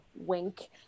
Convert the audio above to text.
wink